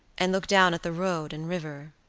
and look down at the road and river.